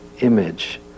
image